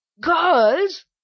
Girls